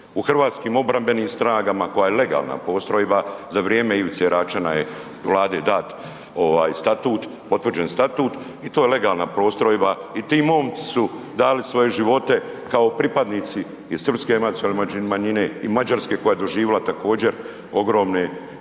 u svom postrojbama. U HOS-u koja je legalna postrojba, za vrijeme I. Račana je Vlade dat statut, potvrđen statut i to je legalna postrojba i ti momci su dali svoje živote kao pripadnici i srpske nacionalne manjine i mađarske koja je doživila također ogromne,